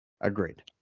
Agreed